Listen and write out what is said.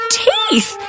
teeth